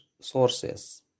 sources